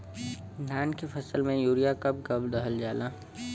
धान के फसल में यूरिया कब कब दहल जाला?